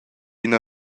ina